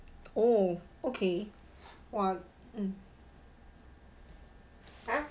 oh okay !wah! mm